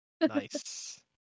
nice